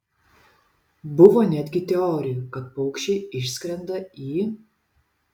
buvo netgi teorijų kad paukščiai išskrenda į